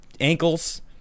ankles